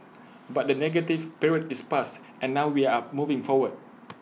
but the negative period is past and now we are moving forward